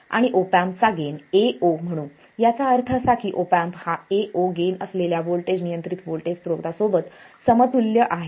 आणि op amp चा gain Ao म्हणू याचा अर्थ असा की ऑप एम्प हा Ao गेन असलेल्या व्होल्टेज नियंत्रित व्होल्टेज स्त्रोता सोबत समतुल्य आहे